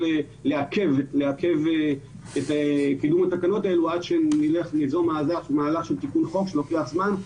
לעכב את התקנות האלה עד שניזום מהלך של טיפול שלוקח זמן.